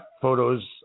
photos